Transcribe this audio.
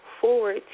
forward